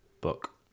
Book